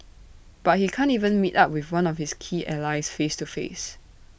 but he can't even meet up with one of his key allies face to face